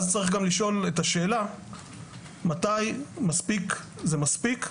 אז צריך גם לשאול את השאלה מתי מספיק זה מספיק,